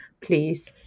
please